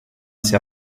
sei